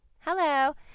Hello